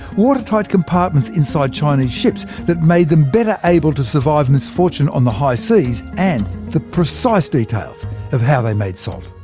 watertight compartments inside chinese ships that made them better able to survive misfortune on the high seas, and the precise details of how they made salt.